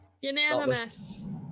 Unanimous